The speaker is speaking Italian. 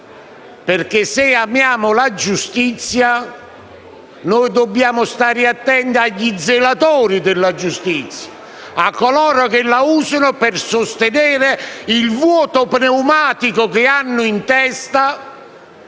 perché se amiamo la giustizia dobbiamo stare attenti agli zelatori della giustizia, a coloro che la usano per sostenere il vuoto pneumatico che hanno in testa,